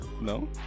No